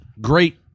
great